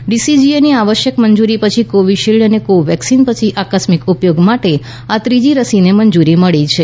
ડીસીજીએની આવશ્યક મંજૂરી પછી કોવિશિલ્ડ અને કોવેક્સિન પછી આકસ્મિક ઉપયોગ માટે આ ત્રીજી રસીને મંજુરી મળી છે